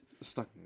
Stuck